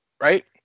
right